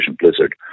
Blizzard